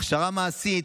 הכשרה מעשית,